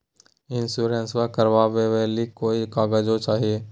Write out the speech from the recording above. इंसोरेंसबा करबा बे ली कोई कागजों चाही?